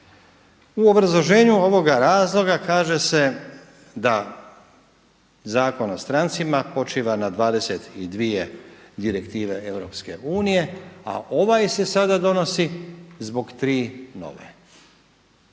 U obrazloženju ovoga razloga kaže se da Zakon o strancima počiva na 22 direktive EU, a ovaj se sada donosi zbog tri nove.